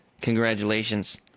congratulations